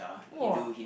!wah!